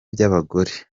byabagoye